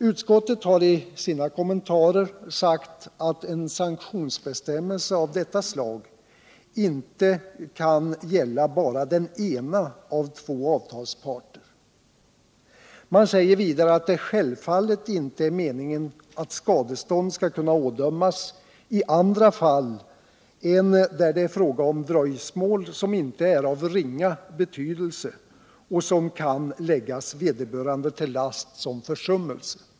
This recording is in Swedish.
Utskottet har i sina kommentarer sagt att en sanktionsbestämmelse av detta slag inte kan gälla bara den ena av två avtalsparter. Man säger vidare att det självfallet inte är meningen att skadestånd skall kunna ådömas i andra fall än där det är fråga om dröjsmål, som inte är av ringa betydelse och som kan läggas vederbörande till last som försummelse.